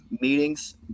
meetings